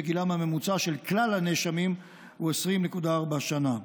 וגילם הממוצע של כלל הנאשמים הוא 20.4 שנה.